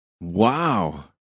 Wow